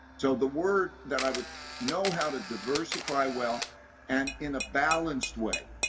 so the word that i would know how to diversify well and in a balanced way.